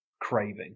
craving